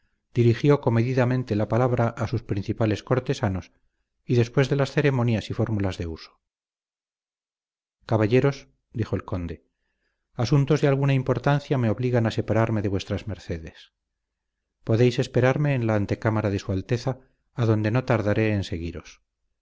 dirigió comedidamente la palabra a sus principales cortesanos después de las ceremonias y fórmulas de uso caballeros dijo el conde asuntos de alguna importancia me obligan a separarme de vuestras mercedes podréis esperarme en la antecámara de su alteza adonde no tardaré en seguiros